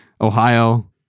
Ohio